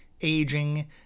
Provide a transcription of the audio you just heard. aging